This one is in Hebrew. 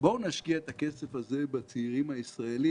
בואו נשקיע את הכסף הזה בצעירים הישראלים